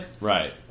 Right